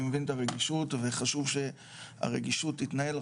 אני מבין את הרגישות וחשוב שהרגישות תתנהל,